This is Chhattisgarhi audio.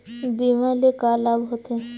बीमा ले का लाभ होथे?